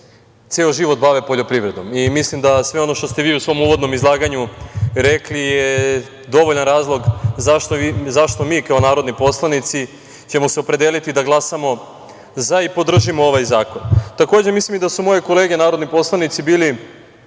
ceo život bave poljoprivredom. Mislim da sve ono što ste vi u svom uvodnom izlaganju rekli je dovoljan razlog zašto mi kao narodni poslanici ćemo se opredeliti da glasamo za i podržimo ovaj zakon. Takođe, mislim da su moje kolege narodni poslanici bili